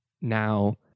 Now